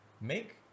make